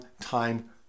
time